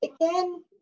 again